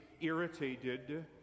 irritated